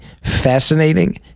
Fascinating